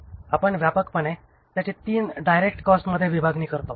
आपण व्यापकपणे त्याची 3 डायरेक्ट कॉस्टमध्ये विभागणी करतो